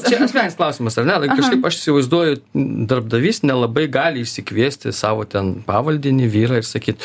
čia asmeninis klausimas ar ne kažkaip aš įsivaizduoju darbdavys nelabai gali išsikviesti savo ten pavaldinį vyrą ir sakyt